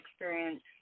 experience